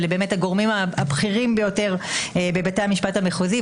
אלה באמת הגורמים הבכירים ביותר בבית המשפט המחוזי,